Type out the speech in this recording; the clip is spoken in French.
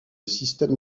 système